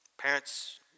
Parents